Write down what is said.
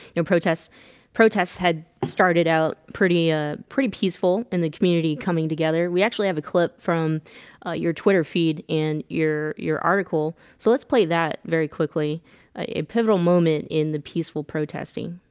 and protests protests had started out pretty ah, pretty peaceful in the community coming together. we actually have a clip from your twitter feed and your your article. so let's play that very quickly a pivotal moment in the peaceful protesting